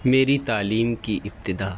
میری تعلیم کی ابتداء